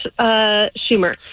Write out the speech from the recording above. Schumer